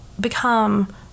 become